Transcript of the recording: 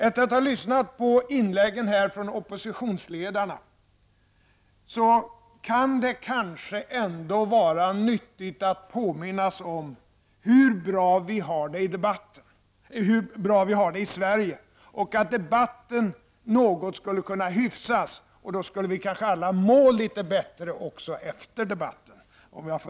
Efter att ha lyssnat till inläggen här från oppositionsledarna kan det kanske ändå vara nyttigt att påminnas om hur bra vi har det i Sverige. Om debatten hyfsades något, skulle vi kanske alla må litet bättre också efter debatten.